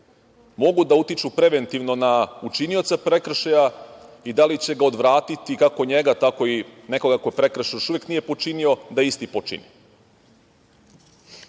mogu da utiču preventivno na učinioca prekršaja i da li će ga odvratiti, kako njega, tako i nekoga ko prekršaj još uvek nije počinio da isti počini. Razlog